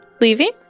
leaving